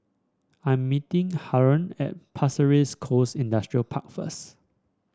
I am meeting Harlon at Pasir Ris Coast Industrial Park first